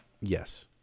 Yes